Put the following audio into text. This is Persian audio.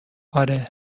آره